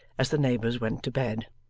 as the neighbours went to bed.